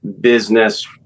business